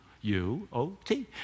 U-O-T